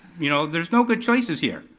you know, there's no good choices here.